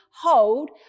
hold